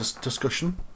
discussion